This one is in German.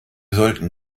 sollten